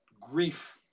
grief